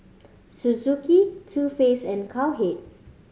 Suzuki Too Faced and Cowhead